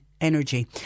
energy